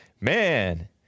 man